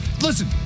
Listen